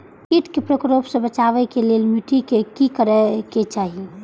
किट के प्रकोप से बचाव के लेल मिटी के कि करे के चाही?